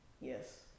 Yes